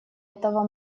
этого